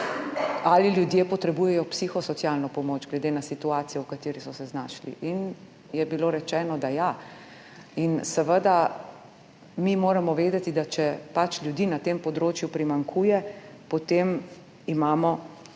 ali ljudje potrebujejo psihosocialno pomoč, glede na situacijo, v kateri so se znašli. In je bilo rečeno, da ja. Mi moramo vedeti, da če ljudi na tem področju primanjkuje, potem imamo